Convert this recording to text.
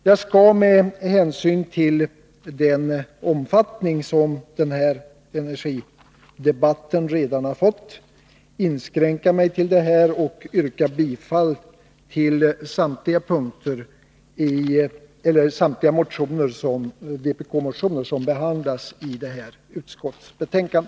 Jag skall med hänsyn till den omfattning som den energipolitiska debatten har fått inskränka mig till detta och yrkar bifall till samtliga vpk-motioner som behandlas i förevarande utskottsbetänkande.